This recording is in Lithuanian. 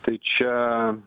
tai čia